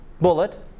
bullet